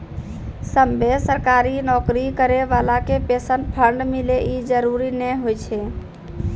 सभ्भे सरकारी नौकरी करै बाला के पेंशन फंड मिले इ जरुरी नै होय छै